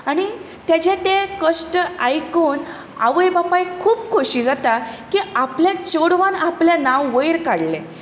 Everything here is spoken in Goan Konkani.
आनी ताजे ते कश्ट आयकून आवय बापायक खूब खोशी जाता की आपल्या चेडवान आपलें नांव वयर काडलें